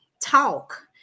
Talk